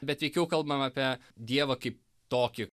bet veikiau kalbam apie dievą kaip tokį